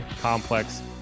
Complex